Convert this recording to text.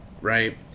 right